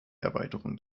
erweiterung